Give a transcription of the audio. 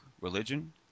religion